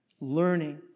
learning